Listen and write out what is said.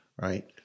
right